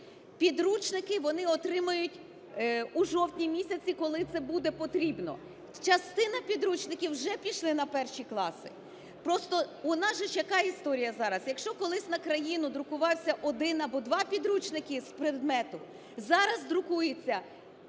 Підручники вони отримають у жовтні місяці, коли це буде потрібно. Частина підручників вже пішли на 1 класи. Просто у нас же ж яка історія зараз: якщо колись на країну друкувався 1 або 2 підручники з предмету, зараз друкується